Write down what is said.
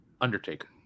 undertaker